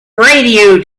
radio